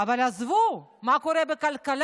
אבל עזבו, מה קורה בכלכלה?